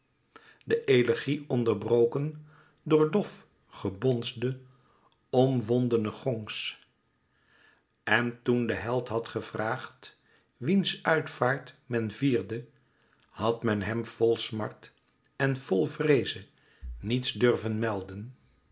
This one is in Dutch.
de elegie onderbroken door dof gebonsde omwondene gongs en toen de held had gevraagd wiens uitvaart men vierde had men hem vol smart en vol vreeze niets durven melden